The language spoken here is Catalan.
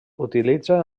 utilitzen